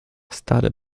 stary